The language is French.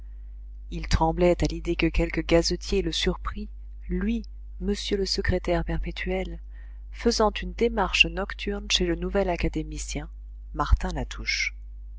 il tremblait à l'idée que quelque gazetier le surprît lui m le secrétaire perpétuel faisant une démarche nocturne chez le nouvel académicien martin latouche